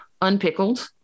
unpickled